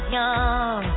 young